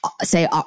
say